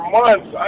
months